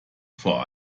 vor